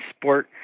sport